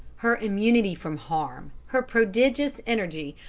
her immunity from harm, her prodigious energy,